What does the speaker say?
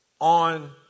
On